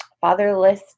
fatherless